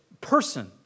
person